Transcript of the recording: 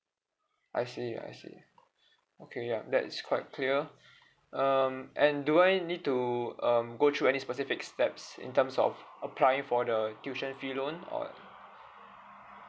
I see I see okay ya that is quite clear um and do I need to um go through any specific steps in terms of applying for the tuition fee loan or